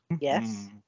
Yes